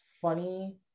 funny